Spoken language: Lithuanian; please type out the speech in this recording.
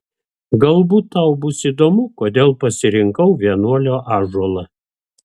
galbūt tau bus įdomu kodėl pasirinkau vienuolio ąžuolą